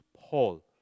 Paul